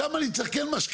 שם אני צריך כן משקיעים.